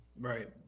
Right